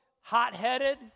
hot-headed